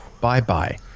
bye-bye